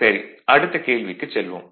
சரி அடுத்த கேள்விக்குச் செல்வோம்